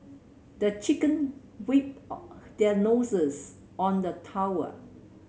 the chicken weep or their noses on the towel